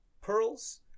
pearls